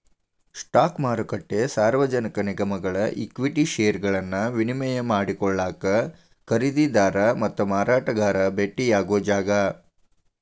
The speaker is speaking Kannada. ಸ್ಟಾಕ್ ಮಾರುಕಟ್ಟೆ ಸಾರ್ವಜನಿಕ ನಿಗಮಗಳ ಈಕ್ವಿಟಿ ಷೇರುಗಳನ್ನ ವಿನಿಮಯ ಮಾಡಿಕೊಳ್ಳಾಕ ಖರೇದಿದಾರ ಮತ್ತ ಮಾರಾಟಗಾರ ಭೆಟ್ಟಿಯಾಗೊ ಜಾಗ